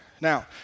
now